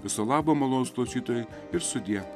viso labo malonūs klausytojai ir sudie